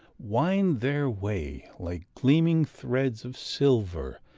wind their way, like gleaming threads of silver,